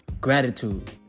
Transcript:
gratitude